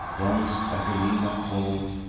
once agyllina call'd.